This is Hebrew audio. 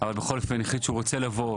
אבל בכל אופן החליט שהוא רוצה לבוא,